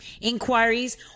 inquiries